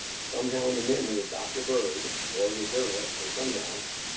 somehow, in the memory of dr. berg or the journalist or somehow,